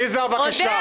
יזהר, בבקשה.